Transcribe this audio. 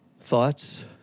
Thoughts